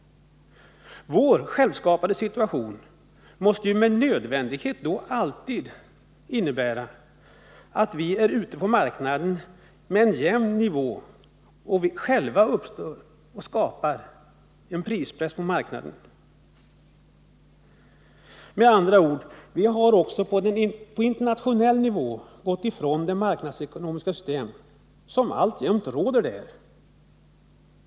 Vår självskapade situation måste ju då med nödvändighet alltid innebära att vi på marknaden håller en jämn nivå och själva pressar marknaden. Med andra ord: Vi har också på internationell nivå gått ifrån det marknadsekonomiska system som alltjämt råder där.